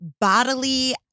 bodily